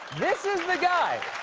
this is the guy.